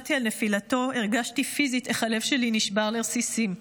כששמעתי על נפילתו הרגשתי פיזית איך הלב שלי נשבר לרסיסים.